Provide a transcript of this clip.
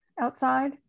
outside